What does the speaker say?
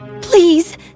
Please